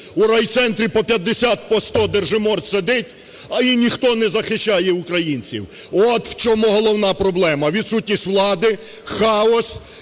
У райцентрі по 50, по 100 держиморд сидить і ніхто не захищає українців. От в чому головна проблема – відсутність влади, хаос